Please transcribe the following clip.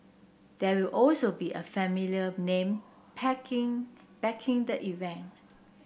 there will also be a familiar name packing backing the event